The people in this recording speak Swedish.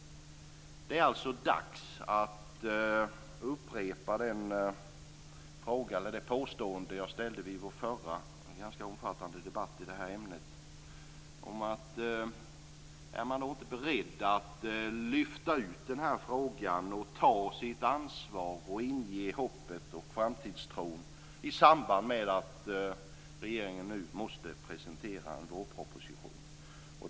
Det är alltså dags att upprepa den fråga, eller det påstående, som jag tog upp vid vår förra ganska omfattande debatt i det här ämnet: Är regeringen inte beredd att lyfta ut den här frågan, att ta sitt ansvar och inge hoppet och framtidstron i samband med att man nu måste presentera en vårproposition?